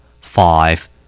Five